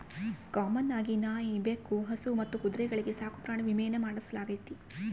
common ಆಗಿ ನಾಯಿ, ಬೆಕ್ಕು, ಹಸು ಮತ್ತು ಕುದುರೆಗಳ್ಗೆ ಸಾಕುಪ್ರಾಣಿ ವಿಮೇನ ಮಾಡಿಸಲಾಗ್ತತೆ